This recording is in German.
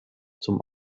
zum